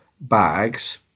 bags